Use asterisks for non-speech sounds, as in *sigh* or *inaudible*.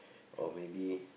*breath* or maybe